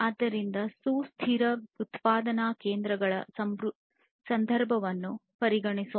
ಆದ್ದರಿಂದ ಸುಸ್ಥಿರ ಉತ್ಪಾದನಾ ಕೈಗಾರಿಕೆಗಳ ಸಂದರ್ಭವನ್ನು ಪರಿಗಣಿಸೋಣ